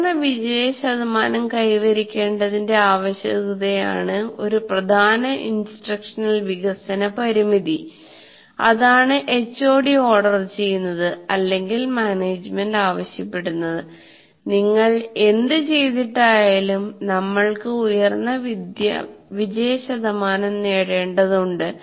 ഉയർന്ന വിജയശതമാനം കൈവരിക്കേണ്ടതിന്റെ ആവശ്യകതയാണ് ഒരു പ്രധാന ഇൻസ്ട്രക്ഷണൽ വികസന പരിമിതി അതാണ് HOD ഓർഡർ ചെയ്യുന്നത് അല്ലെങ്കിൽ മാനേജുമെന്റ് ആവശ്യപ്പെടുന്നത് നിങ്ങൾ എന്ത് ചെയ്തിട്ടായാലും നമ്മൾക്ക് ഉയർന്ന വിജയശതമാനം നേടേണ്ടതുണ്ട്